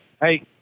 Hey